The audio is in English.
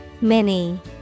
Mini